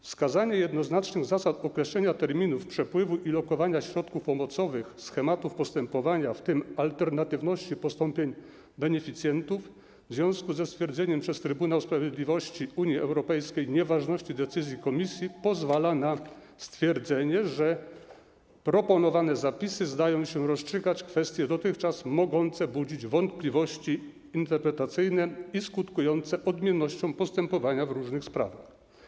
Wskazanie jednoznacznych zasad określenia terminów przepływu i lokowania środków pomocowych, schematów postępowania, w tym alternatywności postąpień beneficjentów w związku ze stwierdzeniem przez Trybunał Sprawiedliwości Unii Europejskiej nieważności decyzji Komisji, pozwala na stwierdzenie, że proponowane zapisy zdają się rozstrzygać kwestie dotychczas mogące budzić wątpliwości interpretacyjne i skutkujące odmiennością postępowania w różnych sprawach.